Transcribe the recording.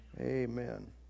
amen